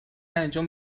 انجام